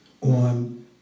on